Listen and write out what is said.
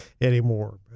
anymore